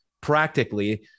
practically